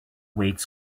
weights